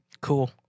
Cool